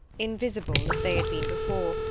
invisible, as they had been before,